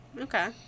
Okay